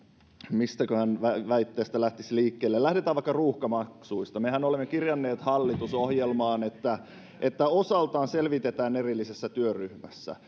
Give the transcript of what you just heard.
mistäköhän väitteestä lähtisi liikkeelle lähdetään vaikka ruuhkamaksuista mehän olemme kirjanneet hallitusohjelmaan että että osaltaan selvitetään erillisessä työryhmässä